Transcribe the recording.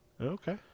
Okay